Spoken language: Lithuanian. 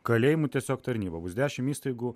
kalėjimų tiesiog tarnyba bus dešim įstaigų